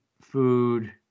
food